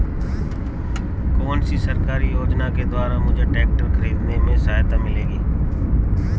कौनसी सरकारी योजना के द्वारा मुझे ट्रैक्टर खरीदने में सहायता मिलेगी?